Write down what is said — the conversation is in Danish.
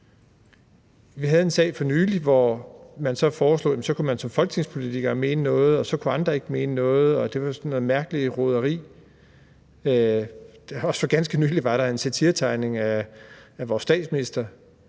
Vi havde en sag for nylig, hvor man så foreslog, at vi som folketingspolitikere kunne mene noget, og så kunne andre ikke mene noget, og det var sådan noget mærkeligt roderi. For ganske nylig var der også en satiretegning af vores statsminister,